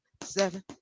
seven